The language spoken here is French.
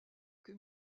que